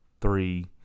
three